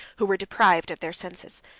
who were deprived of their senses.